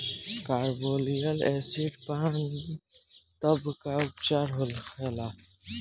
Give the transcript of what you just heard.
Carbolic acid पान तब का उपचार होखेला?